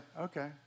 okay